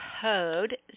code